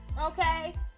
Okay